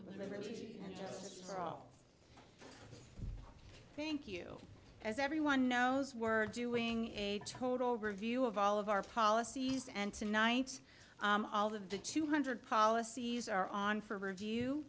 justice for all thank you as everyone knows we're doing a total review of all of our policies and tonight all of the two hundred policies are on for review